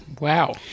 Wow